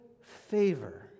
favor